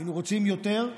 היינו רוצים יותר,